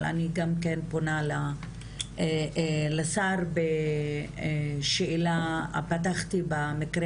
אבל אני גם כן פונה לשר בשאלה שבה פתחתי בה המקרה